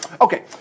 Okay